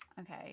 Okay